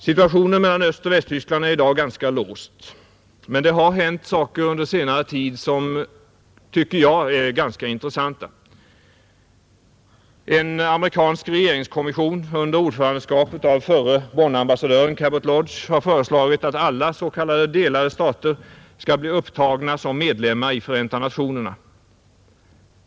Situationen mellan Östoch Västtyskland är i dag ganska låst, men det har under senare tid hänt saker som jag tycker är ganska intressanta, En amerikansk regeringskommission under ordförandeskap av förre Bonnambassadören Cabot Lodge har föreslagit att alla s.k. delade stater skall bli upptagna som medlemmar i Förenta nationerna.